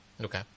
Okay